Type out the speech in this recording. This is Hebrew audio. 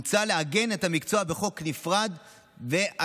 מוצע לעגן את המקצוע בחוק נפרד ועצמאי,